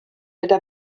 gyda